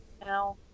no